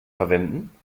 verwenden